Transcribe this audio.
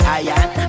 iron